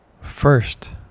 first